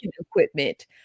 equipment